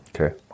okay